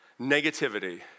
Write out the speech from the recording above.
negativity